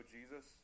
Jesus